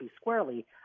squarely